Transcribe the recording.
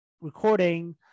recording